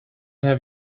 have